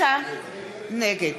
נגד